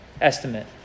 Estimate